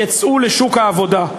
יצאו לשוק העבודה.